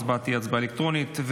ההצבעה תהיה הצבעה אלקטרונית.